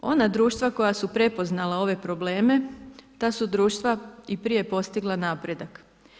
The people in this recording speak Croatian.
Ona društva koja su prepoznala ove probleme ta su društva i prije postigla napredak.